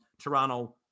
Toronto